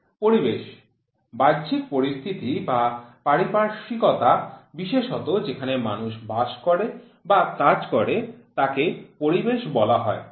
পরিবেশ বাহ্যিক পরিস্থিতি বা পারিপার্শ্বিকতা বিশেষত যেখানে মানুষ বাস করে বা কাজ করে তাকে পরিবেশ বলা হয়